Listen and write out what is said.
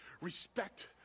Respect